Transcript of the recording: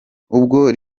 ubwo